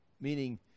meaning